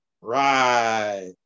Right